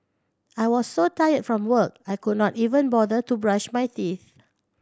I was so tired from work I could not even bother to brush my teeth